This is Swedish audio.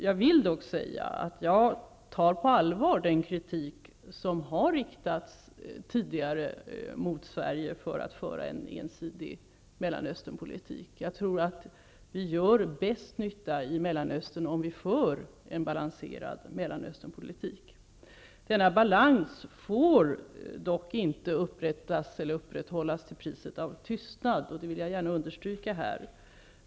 Jag vill dock säga att jag tar på allvar den kritik som tidigare har riktats mot Sverige för att föra en ensidig Mellanösternpolitik. Jag tror att vi gör bäst nytta i Mellanöstern om vi för en balanserad Denna balans får dock inte upprätthållas till priset av tystnad -- det vill jag gärna understryka.